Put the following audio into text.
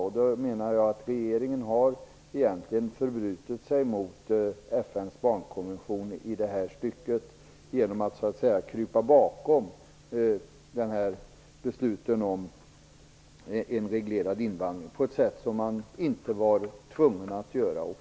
Jag menar att regeringen egentligen har förbrutit sig mot FN:s barnkonvention i det här stycket, genom att krypa bakom besluten om en reglerad invandring på ett sätt som man inte var tvungen att göra.